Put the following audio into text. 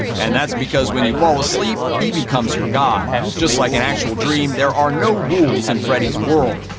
and that's because when you fall asleep, he becomes your god. just like an actual dream, there are no rules in freddy's world.